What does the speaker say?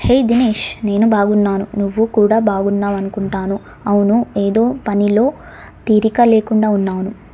హే దినేష్ నేను బాగున్నాను నువ్వు కూడా బాగున్నావనుకుంటాను అవును ఏదో పనిలో తీరిక లేకుండా ఉన్నావును